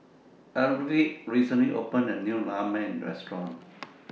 Arvid recently opened A New Ramen Restaurant